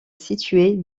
située